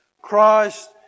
Christ